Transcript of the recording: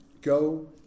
Go